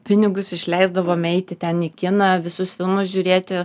pinigus išleisdavom eiti ten į kiną visus filmus žiūrėti